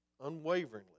unwaveringly